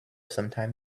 sometime